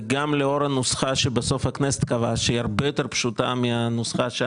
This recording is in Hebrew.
וגם לאור הנוסחה שבסוף הכנסת קבעה שהיא הרבה יותר פשוטה שאנחנו